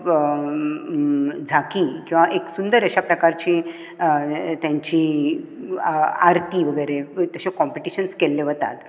झांकी किंवा एक सुंदर अश्या प्रकाराची अ तेंची आरती अश्यो कॉंपीटीशन्स केल्ले वतात